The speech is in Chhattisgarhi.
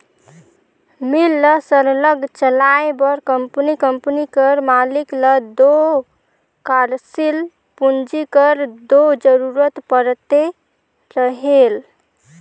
मील ल सरलग चलाए बर कंपनी कंपनी कर मालिक ल दो कारसील पूंजी कर दो जरूरत परते रहेल